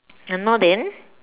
you know then